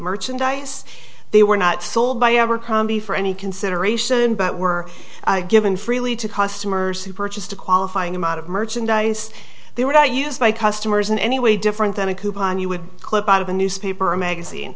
merchandise they were not sold by abercrombie for any consideration but were given freely to customers who purchased a qualifying amount of merchandise they were not used by customers in any way different than a coupon you would clip out of a newspaper or magazine